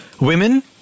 Women